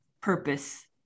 purpose